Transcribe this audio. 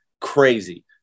crazy